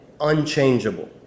unchangeable